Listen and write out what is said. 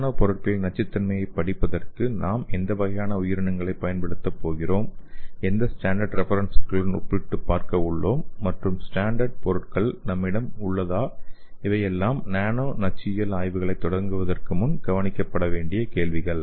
நானோ பொருட்களின் நச்சுத்தன்மையைப் படிப்பதற்கு நாம் எந்த வகையான உயிரினங்களைப் பயன்படுத்தப் போகிறோம் எந்த ஸ்டாண்டர்ட் ரெஃபரன்ஸ்களுடன் ஒப்பிட்டு பார்க்க உள்ளோம் மற்றும் ஸ்டாண்டர்ட் பொருட்கள் நம்மிடம் உள்ளதா இவையெல்லாம் நானோ நச்சுயியல் ஆய்வுகளைத் தொடங்குவதற்கு முன்பு கவனிக்கப்பட வேண்டிய கேள்விகள்